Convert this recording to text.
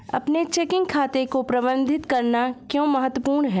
अपने चेकिंग खाते को प्रबंधित करना क्यों महत्वपूर्ण है?